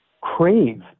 crave